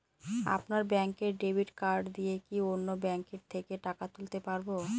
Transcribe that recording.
আপনার ব্যাংকের debit card দিয়ে কি অন্য ব্যাংকের থেকে টাকা তুলতে পারবো?